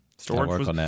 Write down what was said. Storage